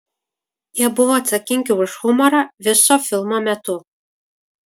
jie buvo atsakingi už humorą viso filmo metu